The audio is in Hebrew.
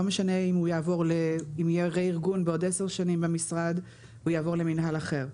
לא משנה אם עוד עשר שנים יהיה במשרד ארגון מחדש והוא יעבור למינהל אחר.